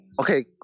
okay